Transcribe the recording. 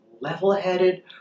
level-headed